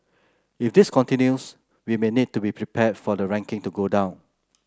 if this continues we may need to be prepared for the ranking to go down